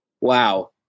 wow